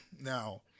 now